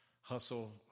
hustle